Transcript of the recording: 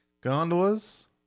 Gondolas